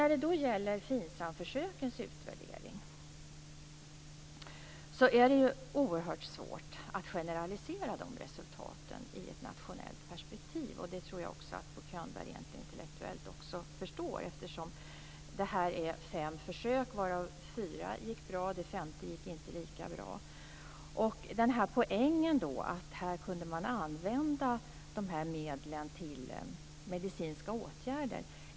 När det gäller FINSAM-försökens utvärdering är det svårt att generalisera resultaten i ett nationellt perspektiv. Det tror jag att Bo Könberg intellektuellt förstår. Det är fem försök, varav fyra gick bra. Det femte gick inte lika bra. Poängen var att man skulle kunna använda medlen till medicinska åtgärder.